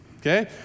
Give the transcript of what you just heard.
Okay